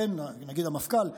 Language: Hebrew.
נגיד המפכ"ל,